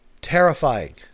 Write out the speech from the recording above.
Terrifying